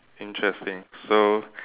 interesting so